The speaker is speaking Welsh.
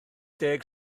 deg